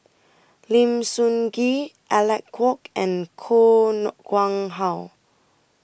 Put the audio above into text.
Lim Sun Gee Alec Kuok and Koh Nguang How